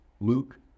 Luke